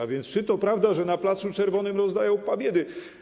A więc czy to prawda, że na placu Czerwonym rozdają pobiedy?